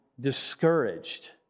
discouraged